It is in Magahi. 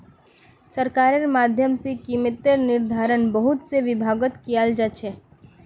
सरकारेर माध्यम से कीमतेर निर्धारण बहुत से विभागत कियाल जा छे